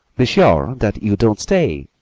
be sure that you don't stay!